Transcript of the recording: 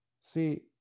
See